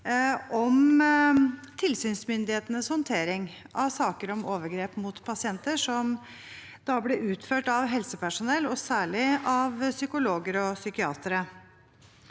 om tilsynsmyndighetenes håndtering av saker om overgrep mot pasienter utført av helsepersonell, og særlig av psykologer og psykiatere.